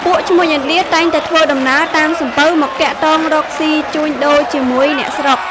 ពួកឈ្មួញឥណ្ឌាតែងតែធ្វើដំណើរតាមសំពៅមកទាក់ទងរកស៊ីជួញដូរជាមួយអ្នកស្រុក។